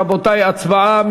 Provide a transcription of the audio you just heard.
רבותי, הצבעה.